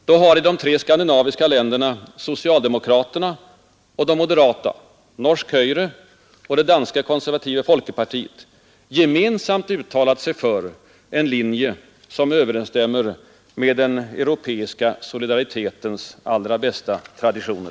Då har i de tre skandinaviska länderna socialdemokraterna och de moderata — norsk Hoyre och det danska Konservative Folkeparti — gemensamt uttalat sig för en linje, som överensstämmer med den europeiska solidaritetens allra bästa traditioner.